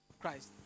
christ